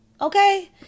okay